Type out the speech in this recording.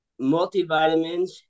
multivitamins